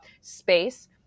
space